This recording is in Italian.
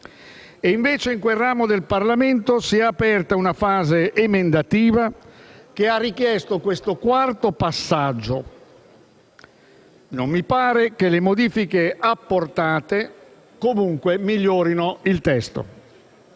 invece in quel ramo del Parlamento si è aperta una fase emendativa che ha richiesto questo quarto passaggio. Non mi sembra che le modifiche apportate, comunque, abbiano migliorato il testo.